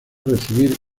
recibir